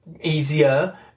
easier